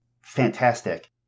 fantastic